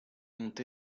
ont